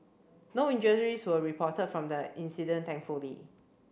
no injuries were reported from the incident thankfully